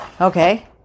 okay